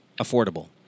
affordable